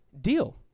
deal